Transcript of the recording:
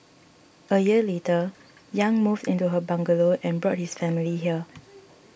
a year later Yang moved into her bungalow and brought his family here